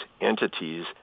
entities